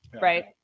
right